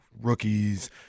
rookies